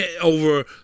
over